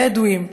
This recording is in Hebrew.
בדואים,